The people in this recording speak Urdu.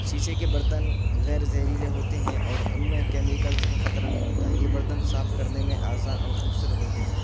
شیشے کے برتن غیر زہریلے ہوتے ہیں اور ان میں کیمیکلز کا خطرہ نہیں ہوتا ہے یہ برتن صاف کرنے میں آسان اور خوبصورت ہوتے ہیں